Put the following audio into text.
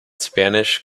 spanish